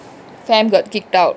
fam got kicked out